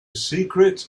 secret